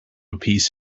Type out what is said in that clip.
appease